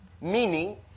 Meaning